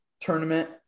tournament